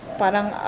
parang